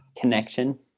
connection